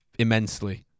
immensely